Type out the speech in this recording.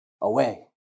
away